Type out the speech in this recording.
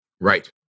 Right